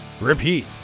repeat